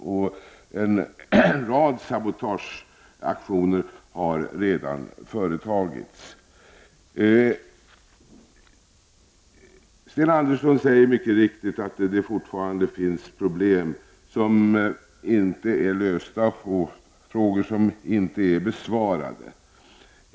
En rad sabotageaktioner har redan företagits. Sten Andersson säger mycket riktigt att det fortfarande finns problem som inte är lösta och frågor som inte är besvarade.